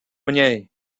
mniej